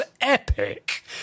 epic